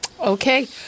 Okay